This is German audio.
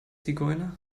zigeuner